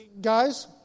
guys